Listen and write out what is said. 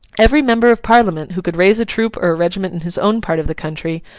every member of parliament who could raise a troop or a regiment in his own part of the country,